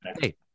hey